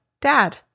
dad